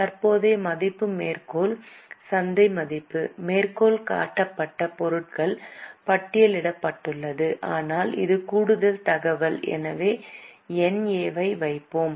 தற்போதைய மதிப்பு மேற்கோள் சந்தை மதிப்பு மேற்கோள் காட்டப்பட்ட பொருள் பட்டியலிடப்பட்டுள்ளது ஆனால் இது கூடுதல் தகவல் எனவே NA ஐ வைப்போம்